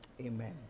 amen